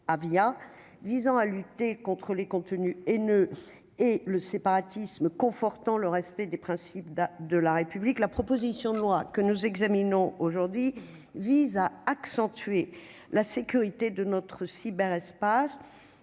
visant à lutter contre les contenus et ne et le séparatisme, confortant le respect des principes de la République, la proposition de loi que nous examinons aujourd'il vise à accentuer la sécurité de notre cyberespace